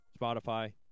Spotify